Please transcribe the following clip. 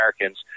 Americans